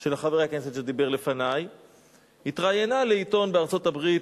של חבר הכנסת שדיבר לפני התראיינה לעיתון בארצות-הברית,